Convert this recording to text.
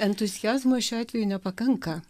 entuziazmo šiuo atveju nepakanka